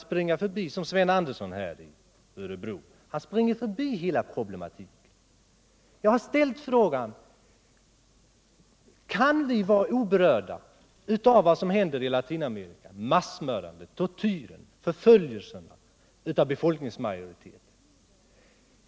Herr Sven Andersson i Örebro springer förbi hela problematiken. Jag har ställt frågan: Kan vi vara oberörda av vad som händer i Latinamerika — massmördandet, tortyren, förföljelsen av befolkningsmajoriteten?